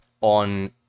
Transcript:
on